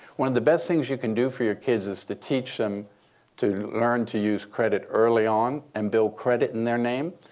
one of the best things you can do for your kids is to teach them to learn to use credit early on and build credit in their name.